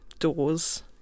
doors